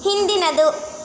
ಹಿಂದಿನದು